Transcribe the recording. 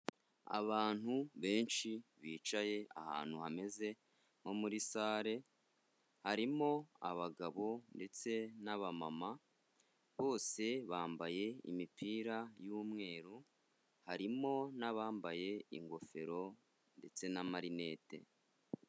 Abantu benshi bicaye ahantu hameze nko muri sare, harimo abagabo ndetse n'abamama, bose bambaye imipira y'umweru, harimo n'abambaye ingofero ndetse n'amarinete.